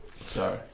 Sorry